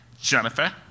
Jennifer